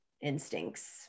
instincts